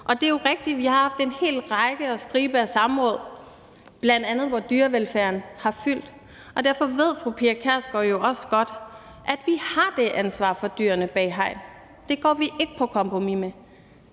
Og det er jo rigtigt, at vi har haft en hel række og stribe af samråd, bl.a. hvor dyrevelfærden har fyldt, og derfor ved fru Pia Kjærsgaard jo også godt, at vi har det ansvar for dyrene bag hegn. Det går vi ikke på kompromis med.